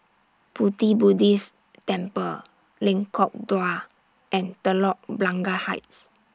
Pu Ti Buddhist Temple Lengkok Dua and Telok Blangah Heights